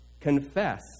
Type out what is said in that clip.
confess